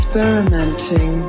Experimenting